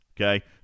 Okay